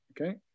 okay